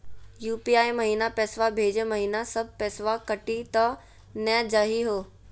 UPI महिना पैसवा भेजै महिना सब पैसवा कटी त नै जाही हो?